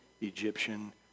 Egyptian